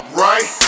right